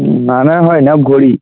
হুম আনা হয় না ভরি